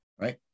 right